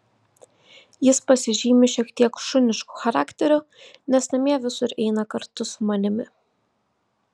jis pasižymi šiek tiek šunišku charakteriu nes namie visur eina kartu su manimi